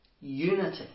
Unity